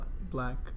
Black